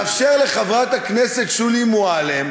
אין לו מה לומר.